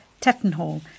Tettenhall